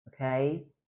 okay